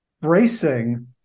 bracing